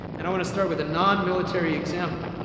and want to start with the nonmilitary example.